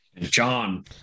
John